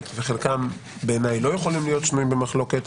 וחלקם בעיניי לא יכולים להיות שנויים במחלוקת.